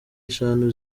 eshanu